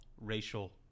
racial